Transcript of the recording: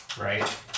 Right